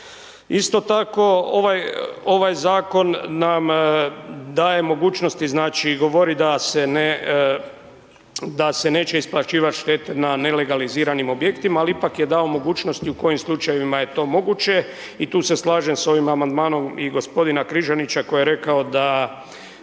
Isto tako, ovaj zakon nam daje mogućnosti znači i govori da se ne, da se neće isplaćivati štete na nelegaliziranim objektima, ali ipak je dao mogućnosti u kojim slučajevima je to moguće i tu se slažem s ovim amandmanom i g. Križanića koji je rekao da